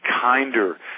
kinder